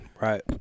Right